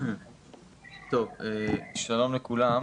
שלום לכולם.